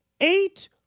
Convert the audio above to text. eight